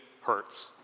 hurts